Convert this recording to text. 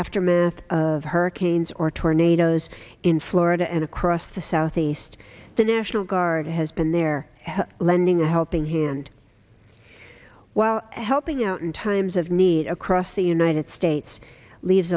aftermath of hurricanes or tornadoes in florida and across the southeast the national guard has been there lending a helping hand while helping out in times of need across the united states leaves